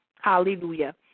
Hallelujah